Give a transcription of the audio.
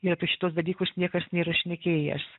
ir apie šituos dalykus niekas nėra šnekėjęs